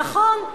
נכון,